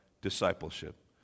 discipleship